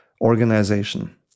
organization